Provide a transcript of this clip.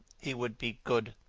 he would be good.